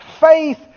Faith